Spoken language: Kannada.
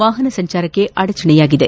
ವಾಹನ ಸಂಚಾರಕ್ಕೆ ಅಡೆಚಣೆಯಾಗಿದೆ